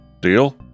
Deal